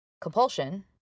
compulsion